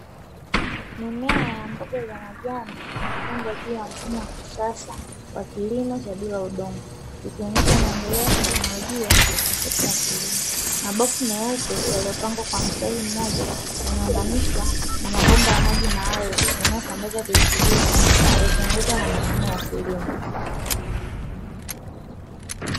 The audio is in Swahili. Mimea ya mboga za majani, imepandwa juu ya mfumo wa kisasa wa kilimo cha bila udongo, ikionyesha maendeleo ya teknolojia katika sekta ya kilimo, maboksi meupe yaliyopangwa kwa mstari mmoja, yameunganishwa na mabomba ya maji maalumu yanayosambaza virutubisho yakiongozwa na mashine ya kilimo.